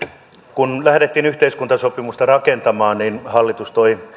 kun lähdettiin yhteiskuntasopimusta rakentamaan niin hallitus toi